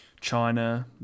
China